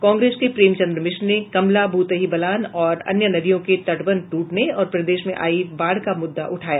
कांग्रेस के प्रेमचंद्र मिश्र ने कमला भूतही बलान और अन्य नदियों के तटबंध ट्रटने और प्रदेश में आयी बाढ़ का मुद्दा उठाया